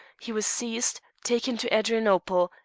he was seized, taken to adrianople,